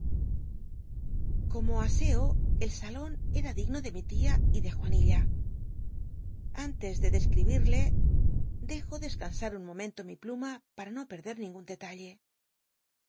como aseo el salon era digno de mi tia y de juanilla antes de descl'ibil'le dejo descansar un moménto mi pluma para no peder ningun detalle